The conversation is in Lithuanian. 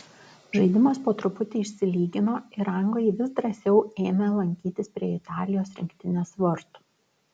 žaidimas po truputį išsilygino ir anglai vis drąsiau ėmė lankytis prie italijos rinktinės vartų